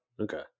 Okay